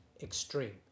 extreme